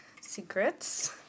secrets